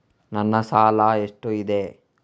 ನನ್ನ ಸಾಲ ಎಷ್ಟು ಇದೆ?